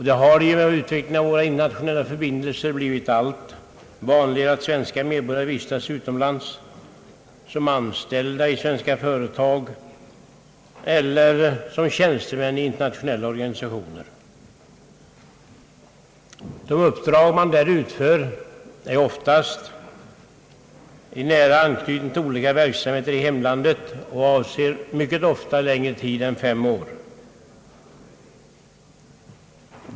Genom utvecklingen av våra internationella förbindelser har det blivit allt vanligare att svenska medborgare vistas utomlands som anställda i svenska företag eller som tjänstemän i internationeHa organisationer. De uppdrag som de där utför har ofta nära anknytning till olika verksamheter i hemlandet och avser mycket ofta längre tid än fem år.